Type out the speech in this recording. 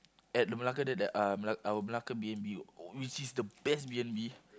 at the Malacca there there uh Mela~ our Malacca B_N_B uh which is the best B_N_B